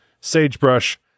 Sagebrush